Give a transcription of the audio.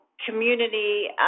Community